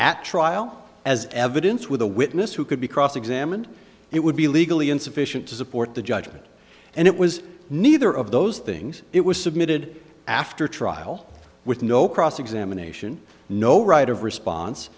at trial as evidence with a witness who could be cross examined it would be legally insufficient to support the judgment and it was neither of those things it was submitted after trial with no cross examination no right of response